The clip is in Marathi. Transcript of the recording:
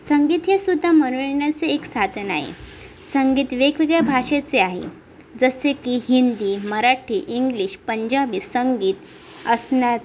संगीत हेसुद्धा मनोरंजनाचे एक साधन आहे संगीत वेगवेगळ्या भाषेचे आहे जसे की हिंदी मराठी इंग्लिश पंजाबी संगीत असतात